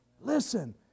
Listen